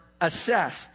assessed